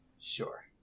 Sure